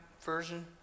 version